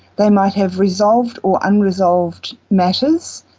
they might have resolved or unresolved matters.